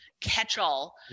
catch-all